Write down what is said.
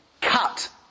cut